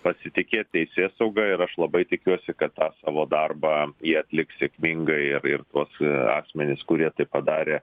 pasitikėt teisėsauga ir aš labai tikiuosi kad tą savo darbą jie atliks sėkmingai ir tuos asmenis kurie tai padarė